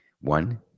One